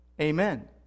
Amen